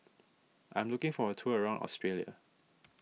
I am looking for a tour around Australia